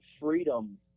freedom